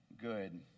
good